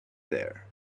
there